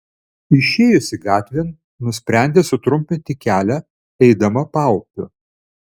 išėjusi gatvėn nusprendė sutrumpinti kelią eidama paupiu